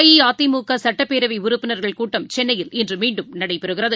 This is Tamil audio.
அஇஅதிமுகசட்டப்பேரவைஉறுப்பினர்கள் கூட்டம் சென்னையில் இன்றுமீண்டும் நடைபெறுகிறது